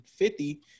50